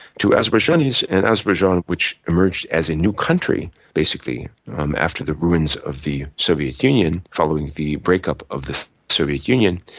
to azerbaijanis and azerbaijan which emerged as a new country basically after the ruins of the soviet union, following the breakup of the soviet union,